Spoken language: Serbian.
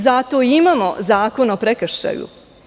Zato i imamo Zakon o prekršaju.